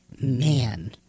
Man